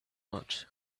much